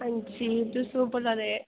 अंजी तुस ओह् बोल्ला दे